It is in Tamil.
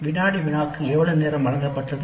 வினாடி வினாவுக்கு எவ்வளவு நேரம் வழங்கப்பட்டது